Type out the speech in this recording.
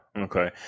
okay